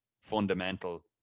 fundamental